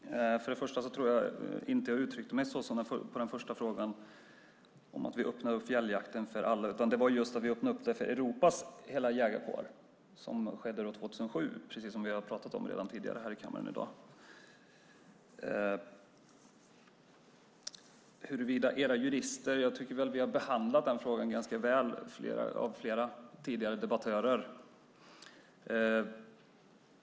Fru talman! Först och främst tror jag inte att jag uttryckte mig så på den första frågan om att vi öppnade fjälljakten för alla. Det var just att vi öppnade den för hela Europas jägarkår. Det skedde 2007, precis som vi har talat om tidigare här i kammaren i dag. Frågan om vad era jurister säger har behandlats ganska väl av tidigare debattörer.